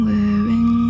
Wearing